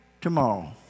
tomorrow